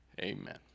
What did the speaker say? Amen